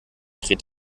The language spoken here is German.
dreht